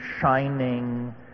shining